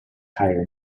higher